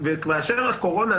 באשר לקורונה,